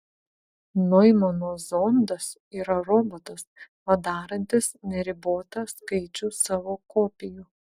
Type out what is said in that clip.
noimano zondas yra robotas padarantis neribotą skaičių savo kopijų